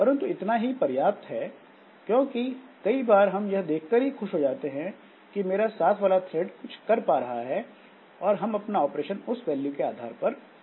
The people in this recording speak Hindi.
परंतु इतना ही पर्याप्त है क्योंकि कई बार हम यह देख कर ही खुश हो जाते हैं कि मेरा साथ वाला थ्रेड कुछ कर पा रहा है और हम अपना ऑपरेशन उस वैल्यू के आधार पर कर सकते हैं